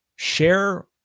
share